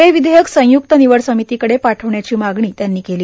हे विधेयक संयुक्त निवड समितीकडे पाठवण्याची मागणी त्यांनी केली